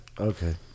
Okay